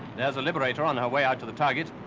there's a liberator on her way out to the target,